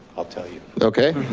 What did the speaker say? i'll tell you. okay.